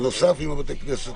מי בעד הארכת תוקף?